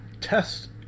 Test